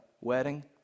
wedding